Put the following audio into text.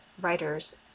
writers